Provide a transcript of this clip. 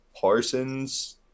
Parsons